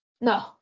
No